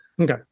Okay